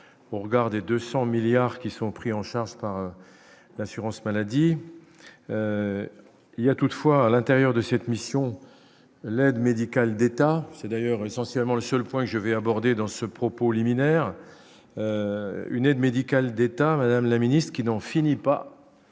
au regard des 200 milliards qui sont pris en charge par l'assurance maladie, il y a toutefois à l'intérieur de cette mission, l'Inde médicale d'État, c'est d'ailleurs essentiellement le seul point je vais aborder dans ce propos liminaire, une aide médicale d'État, la ministre qui n'en finit pas